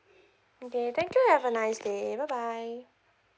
okay thank you have a nice day bye bye